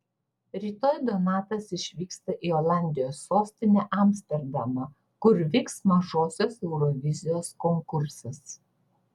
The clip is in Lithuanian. rytoj donatas išvyksta į olandijos sostinę amsterdamą kur vyks mažosios eurovizijos konkursas